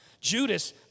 Judas